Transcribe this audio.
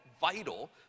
vital